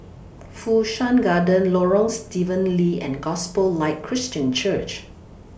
Fu Shan Garden Lorong Stephen Lee and Gospel Light Christian Church